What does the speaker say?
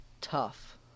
tough